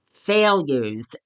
Failures